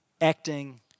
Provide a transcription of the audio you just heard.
acting